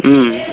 ம்